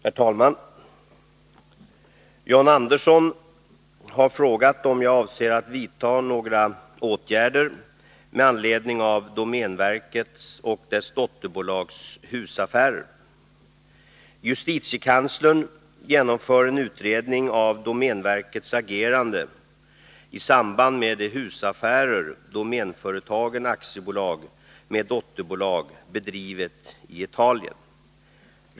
Herr talman! John Andersson har frågat om jag avser att vidta några åtgärder med anledning av domänverkets och dess dotterbolags husaffärer. Justitiekanslern genomför en utredning av domänverkets agerande i samband med de husaffärer Domänföretagen AB med dotterbolag bedrivit i Italien.